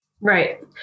Right